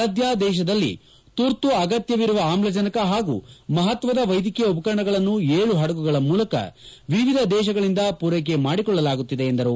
ಸದ್ದ ದೇಶದಲ್ಲಿ ತುರ್ತು ಅಗತ್ತವಿರುವ ಆಮ್ಲಜನಕ ಹಾಗೂ ಮಹತ್ವದ ವೈದ್ಯಕೀಯ ಉಪಕರಣಗಳನ್ನು ಏಳು ಹಡಗುಗಳ ಮೂಲಕ ವಿವಿಧ ದೇಶಗಳಿಂದ ಪೂರೈಕೆ ಮಾಡಿಕೊಳ್ಳಲಾಗುತ್ತಿದೆ ಎಂದರು